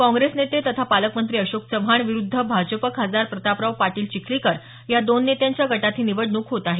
काँग्रेस नेते तथा पालकमंत्री अशोक चव्हाण विरूद्ध भाजप खासदार प्रतापराव पाटील चिखलीकर या दोन नेत्यांच्या गटात ही निवडणूक होत आहे